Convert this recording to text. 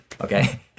okay